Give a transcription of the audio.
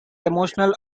emotional